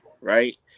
right